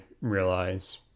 realize